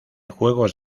juegos